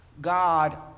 God